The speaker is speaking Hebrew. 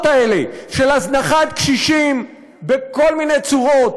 האלה של הזנחות קשישים בכל מיני צורות,